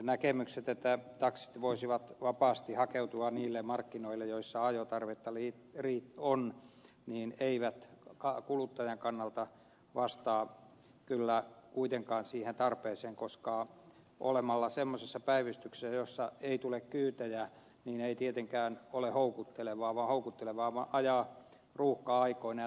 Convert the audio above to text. näkemykset että taksit voisivat vapaasti hakeutua niille markkinoille joilla ajotarvetta on eivät kuluttajan kannalta vastaa kyllä kuitenkaan siihen tarpeeseen koska oleminen semmoisessa päivystyksessä jossa ei tule kyytejä ei tietenkään ole houkuttelevaa vaan houkuttelevaa on ajaa ruuhka aikoina